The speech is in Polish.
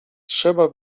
trzeba